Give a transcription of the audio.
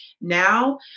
now